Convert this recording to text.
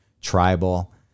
tribal